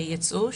יצאו,